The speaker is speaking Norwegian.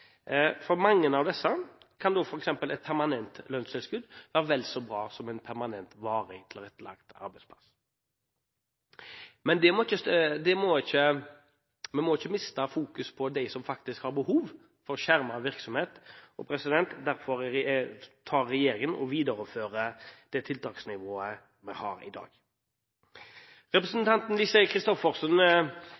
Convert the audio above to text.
For mange av disse kan f.eks. et permanent lønnstilskudd være vel så bra som en permanent tilrettelagt arbeidsplass. Men vi må ikke slutte å fokusere på dem som faktisk har behov for skjermet virksomhet, og derfor viderefører regjeringen det tiltaksnivået vi har i dag.